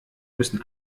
müssen